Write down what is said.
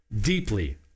deeply